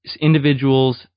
individuals